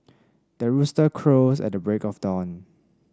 the rooster crows at the break of dawn